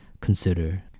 consider